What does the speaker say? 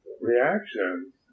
reactions